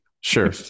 Sure